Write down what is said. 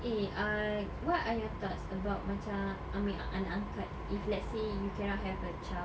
eh ah what are your thoughts about macam ambil anak angkat if let's say you cannot have a child